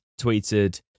tweeted